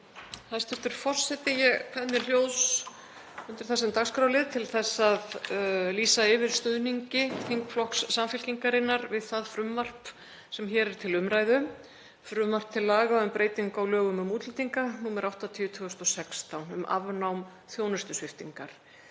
Hæstv. forseti. Ég kveð mér hljóðs undir þessum dagskrárlið til að lýsa yfir stuðningi þingflokks Samfylkingarinnar við það frumvarp sem hér er til umræðu, frumvarp til laga um breytingu á lögum um útlendinga, nr. 80/2016, um afnám þjónustusviptingar.